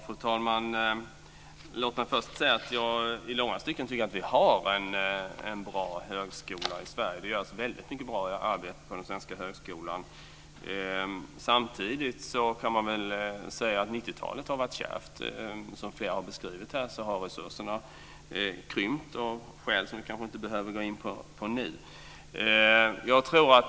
Fru talman! Låt mig först säga att jag i långa stycken tycker att vi har en bra högskola i Sverige. Det görs mycket bra arbete på den svenska högskolan. Samtidigt kan man säga att 90-talet har varit kärvt. Som flera har beskrivit här så har resurserna krympt - av skäl som vi kanske inte behöver gå in på nu.